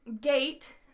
gate